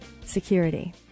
security